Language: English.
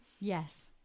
Yes